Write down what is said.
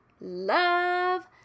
love